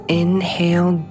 inhale